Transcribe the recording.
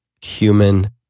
human